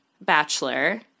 bachelor